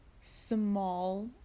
small